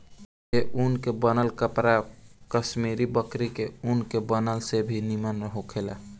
ए ऊन से बनल कपड़ा कश्मीरी बकरी के ऊन के बनल से भी निमन होखेला